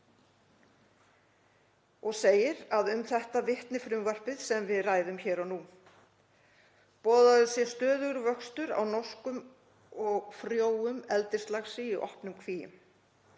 segir að um þetta vitni frumvarpið sem við ræðum hér og nú. Boðaður sé stöðugur vöxtur á norskum og frjóum eldislaxi í opnum kvíum.